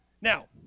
Now